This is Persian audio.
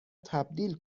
تبدیل